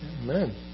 Amen